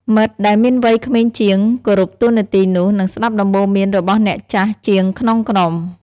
មិត្តដែលមានវ័យក្មេងជាងគោរពតួនាទីនោះ និងស្តាប់ដំបូន្មានរបស់អ្នកចាស់ជាងក្នុងក្រុម។